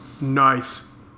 Nice